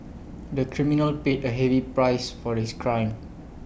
the criminal paid A heavy price for his crime